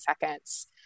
seconds